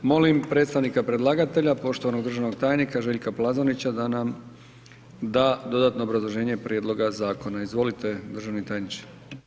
Molim predstavnika predlagatelja, poštovanog državnog tajnika, Željka Plazonića, da nam da dodatno obrazloženje prijedloga zakona, izvolite državni tajniče.